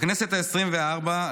בכנסת העשרים-וארבע,